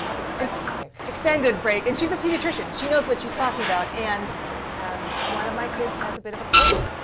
extended break. extended break. and she's a pediatrician. she knows what she's talking about. and and one of my kids has a bit of a cold.